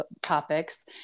topics